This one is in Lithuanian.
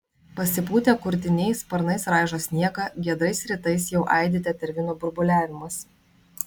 pasipūtę kurtiniai sparnais raižo sniegą giedrais rytais jau aidi tetervinų burbuliavimas